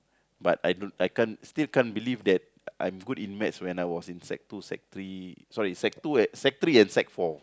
but I don't I can't still can't believe that I'm good in maths when I was in sec two sec three sorry sec two sec three and sec four